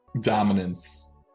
dominance